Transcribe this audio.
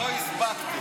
לא הספקתם.